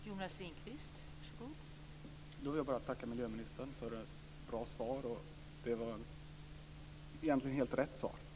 Fru talman! Då vill jag bara tacka miljöministern för ett bra svar. Det var egentligen helt rätt svar.